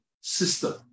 system